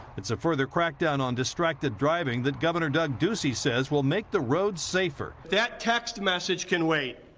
it's a further crackdown on distracted driving that governor doug ducey says will make the road safer. that text message can wait.